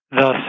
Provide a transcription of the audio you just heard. Thus